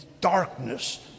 darkness